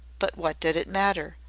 but what did it matter?